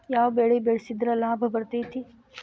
ಯಾವ ಬೆಳಿ ಬೆಳ್ಸಿದ್ರ ಲಾಭ ಬರತೇತಿ?